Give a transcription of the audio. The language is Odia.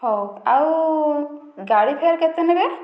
ହେଉ ଆଉ ଗାଡ଼ି ଫେୟାର କେତେ ନେବେ